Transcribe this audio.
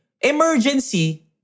Emergency